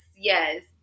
yes